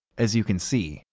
as you can see,